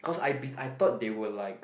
cause I be~ I thought they were like